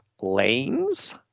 lanes